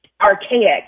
archaic